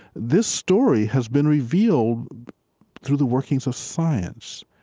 this story has been revealed through the workings of science.